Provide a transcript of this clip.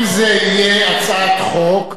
אם זו תהיה הצעת חוק,